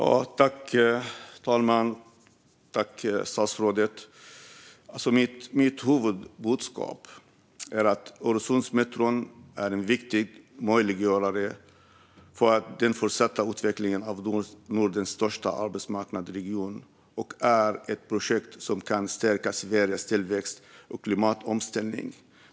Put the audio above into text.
Herr talman! Mitt huvudbudskap är att Öresundsmetron är en viktig möjliggörare för den fortsatta utvecklingen av Nordens största arbetsmarknadsregion och ett projekt som kan stärka Sveriges tillväxt och klimatomställning.